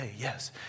yes